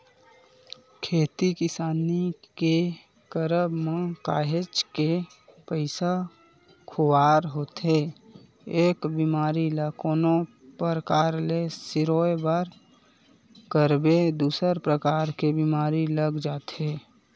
खेती किसानी के करब म काहेच के पइसा खुवार होथे एक बेमारी ल कोनो परकार ले सिरोय बर करबे दूसर परकार के बीमारी लग जाथे